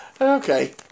Okay